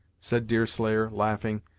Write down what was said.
said deerslayer, laughing.